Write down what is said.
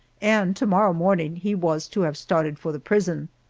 and to-morrow morning he was to have started for the prison.